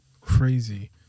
Crazy